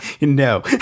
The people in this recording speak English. No